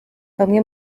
bamwe